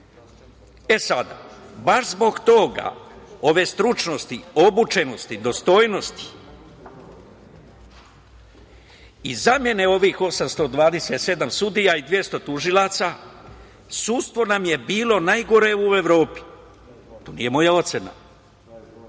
sada, baš zbog toga, ove stručnosti, obučenosti, dostojnosti i zamene ovih 827 sudija i 200 tužilaca, sudstvo nam je bilo najgore u Evropi. To nije moja ocena,